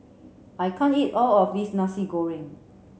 I can't eat all of this Nasi Goreng